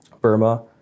Burma